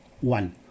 one